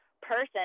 person